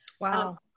Wow